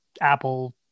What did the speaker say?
Apple